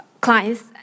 clients